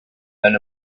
than